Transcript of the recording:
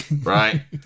right